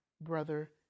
brother